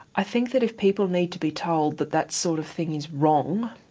i think that if people need to be told that that sort of thing is wrong,